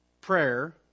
Prayer